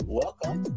welcome